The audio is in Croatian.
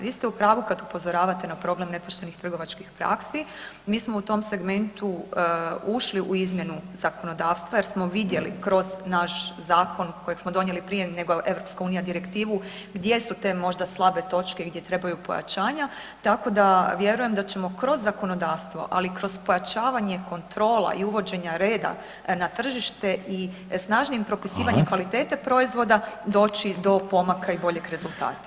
Vi ste u pravu kad upozoravate na problem nepoštenih trgovačkih praksi, mi smo u tom segmentu ušli u izmjenu zakonodavstva jer smo vidjeli kroz naš zakon kojeg smo donijeli prije nego EU direktivu gdje su te možda slabe točke i gdje trebaju pojačanja, tako da vjerujem da ćemo kroz zakonodavstvo, ali i kroz pojačavanje kontrola i uvođenja reda na tržište i snažnijim propisivanjem kvalitete proizvoda doći do pomaka i boljeg rezultata.